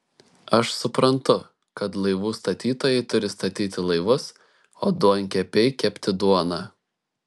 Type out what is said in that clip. aš suprantu kad laivų statytojai turi statyti laivus o duonkepiai kepti duoną